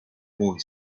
boy